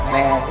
Man